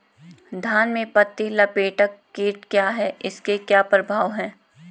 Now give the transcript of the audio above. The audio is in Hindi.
धान में पत्ती लपेटक कीट क्या है इसके क्या प्रभाव हैं?